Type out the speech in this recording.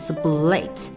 Split